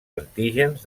antígens